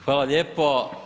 Hvala lijepo.